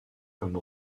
comme